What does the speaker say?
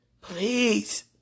Please